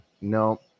No